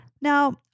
Now